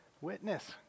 witness